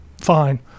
Fine